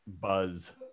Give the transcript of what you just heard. buzz